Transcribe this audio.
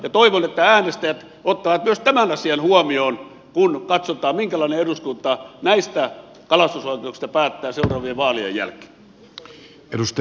ja toivon että äänestäjät ottavat myös tämän asian huomioon kun katsotaan minkälainen eduskunta näistä kalastusoikeuksista päättää seuraavien vaalien jälkeen